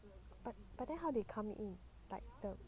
but then how they come in